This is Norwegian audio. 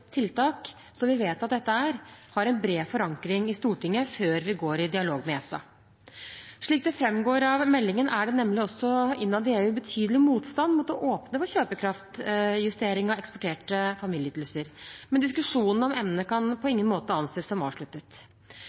tiltak som vi vet at dette er, har en bred forankring i Stortinget før vi går i dialog med ESA. Slik det framgår av meldingen, er det nemlig også innad i EU betydelig motstand mot å åpne for kjøpekraftsjustering av eksporterte familieytelser, men diskusjonen om emnet kan på ingen måte anses som avsluttet.